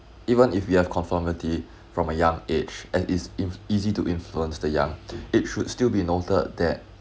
even if you have conformity from a young age and it's easy to influence the young it should still be noted that